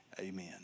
Amen